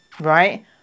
right